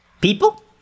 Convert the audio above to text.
People